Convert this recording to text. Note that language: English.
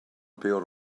appeal